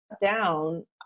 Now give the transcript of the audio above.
down